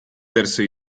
verso